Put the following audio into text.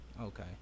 Okay